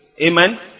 Amen